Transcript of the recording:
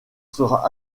sera